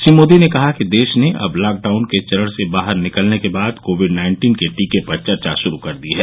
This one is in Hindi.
श्री मोदी ने कहा कि देश ने अब लॉकडाउन चरण से बाहर निकलने के बाद कोविड नाइन्टीन के टीके पर चर्चा शुरू कर दी है